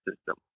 system